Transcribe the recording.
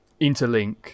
interlink